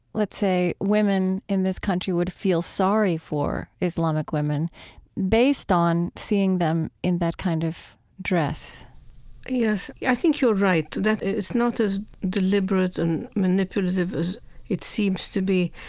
let's say, women in this country would feel sorry for islamic women based on seeing them in that kind of dress yes, i think you're right, that it's not as deliberate and manipulative as it seems to be.